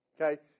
Okay